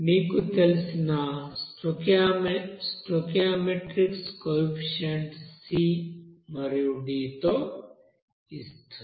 మీకు తెలిసిన stoichiometric coefficient c మరియు d తో ఇస్తుంది